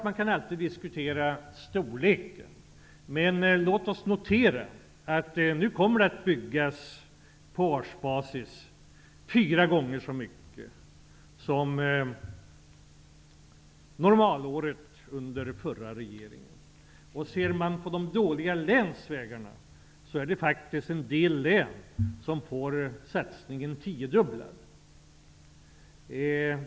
Man kan alltid diskutera storleken, men låt oss notera att det nu kommer att byggas fyra gånger så mycket på årsbasis som vid ett normalår under den förra regeringen. Ser vi på de dåliga länsvägarna är det faktiskt en del län som får satsningen tiodubblad.